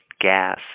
gas